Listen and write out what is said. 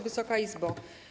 Wysoka Izbo!